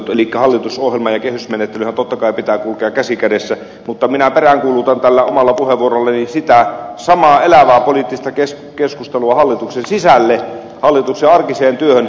elikkä hallitusohjelman ja kehysmenettelynhän totta kai pitää kulkea käsi kädessä mutta minä peräänkuulutan tällä omalla puheenvuorollani sitä samaa elävää poliittista keskustelua hallituksen sisälle hallituksen arkiseen työhön